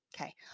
Okay